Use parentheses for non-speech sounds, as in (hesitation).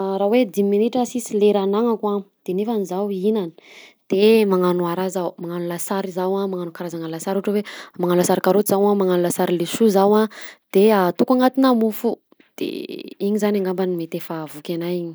(hesitation) Raha hoe dimy minitra sisa lera ananako de nef a izaho ihinana de magnano raha zaho magnano lasary zaho a magnano karazagna lasary ohatra hoe magnano lasary karaoty zaho a magnano lasary laisoa zaho a de ataoko agnatina mafo de iny zany angambany mety efa ahavoky anah iny.